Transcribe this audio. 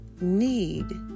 need